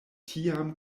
tiam